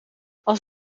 als